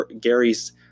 Gary's